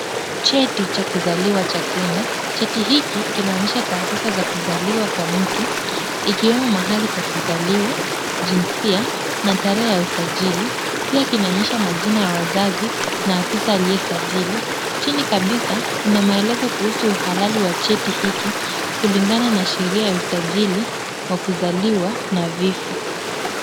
Cheti cha kuzaliwa cha Kenya. Cheti hiki kinaonyesha taarifa za kuzaliwa kwa mtu, ikiwemo mahali pa kuzaliwa, jinsia na tarehe ya usajili. Pia kinaonyesha majina ya wazazi na afisa aliyesajili. Chini kabisa, kuna maelezo kuhusu uhalali wa cheti hiki, kulingana na sheria ya usajili wa kuzaliwa na vifo.